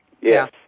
Yes